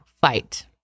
fight